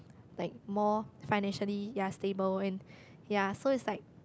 like more financially ya stable and ya so it's like